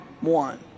one